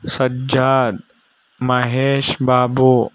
ಸಜ್ಜಾರ್ Mahesh Babu